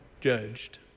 judged